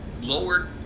lowered